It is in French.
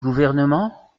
gouvernement